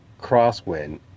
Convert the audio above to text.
crosswind